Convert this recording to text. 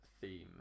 theme